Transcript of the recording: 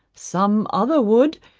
some other would,